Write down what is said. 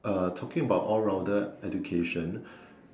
uh talking about all rounded education